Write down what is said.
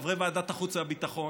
חברי ועדת החוץ והביטחון,